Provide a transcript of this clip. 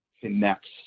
connects